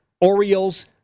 Orioles